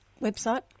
website